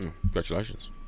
Congratulations